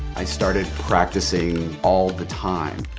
i started practicing all the time.